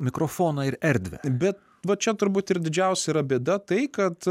mikrofoną ir erdvę bet va čia turbūt ir didžiausia bėda tai kad